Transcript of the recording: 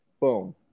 Boom